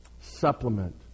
Supplement